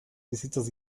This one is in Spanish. visitas